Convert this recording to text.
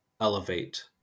elevate